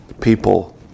people